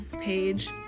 page